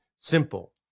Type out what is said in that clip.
Simple